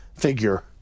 figure